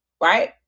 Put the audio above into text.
right